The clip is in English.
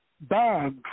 bags